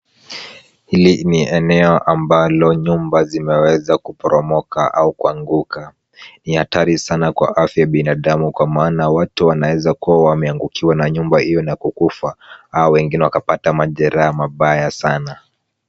Hili ni eneo ambalo nyumba zimeweza kuporomoka au kuanguka. Ni hatari sana kwa afya ya binadamu kwa maana watu wanaweza kuwa wameangukiwa na nyumba hiyo na kukufa au wengine wakapata majeraha mabaya sana.